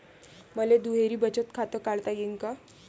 मले दुहेरी बचत खातं काढता येईन का?